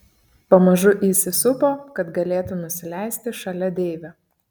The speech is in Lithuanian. pamažu įsisupo kad galėtų nusileisti šalia deivio